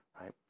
right